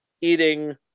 eating